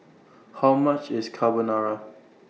How much IS Carbonara